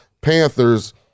Panthers